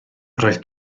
oedd